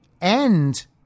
end